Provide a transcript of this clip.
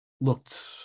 looked